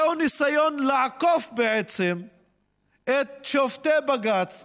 זהו ניסיון לעקוף בעצם את שופטי בג"ץ,